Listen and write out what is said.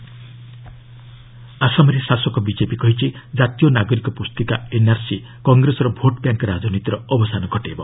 Assam NRC ଆସାମରେ ଶାସକ BJP କହିଛି ଜାତୀୟ ନାଗରିକ ପୁସ୍ତିକା ଏନ୍ଆର୍ସି କଂଗ୍ରେସର ଭୋଟ୍ବ୍ୟାଙ୍କ ରାଜନୀତିର ଅବସାନ ଘଟାଇବ